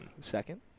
Second